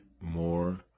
more